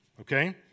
Okay